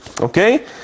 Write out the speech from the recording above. Okay